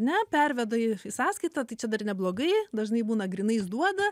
ne perveda į į sąskaitą tai čia dar neblogai dažnai būna grynais duoda